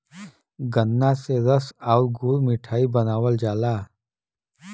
गन्रा से रस आउर गुड़ मिठाई बनावल जाला